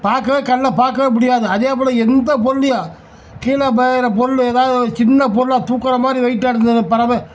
பார்க்கவே கண்ணில் பார்க்கவே முடியாது அதேபோல எந்த பொருளையோ கீழே மேயுற பொருள் ஏதாவது ஒரு சின்ன பொருளாக தூக்குற மாதிரி வெயிட்டாக இருந்ததுனா பறவை